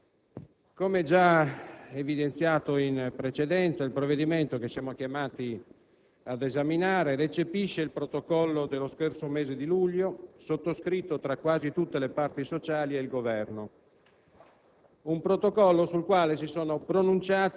Signor Presidente, come già evidenziato in precedenza, il provvedimento che siamo chiamati ad esaminare recepisce il Protocollo dello scorso mese di luglio, sottoscritto tra quasi tutte le parti sociali e il Governo.